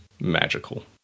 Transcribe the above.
magical